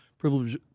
privilege